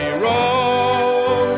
wrong